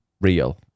real